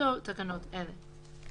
השתתפותו תקנות אלה.